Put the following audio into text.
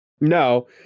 No